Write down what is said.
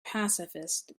pacifist